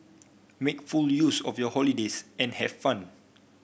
make full use of your holidays and have fun